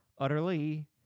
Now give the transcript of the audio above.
utterly